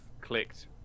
clicked